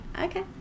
Okay